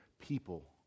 people